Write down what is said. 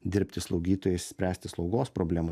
dirbti slaugytojais spręsti slaugos problemų